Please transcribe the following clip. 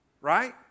right